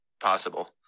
possible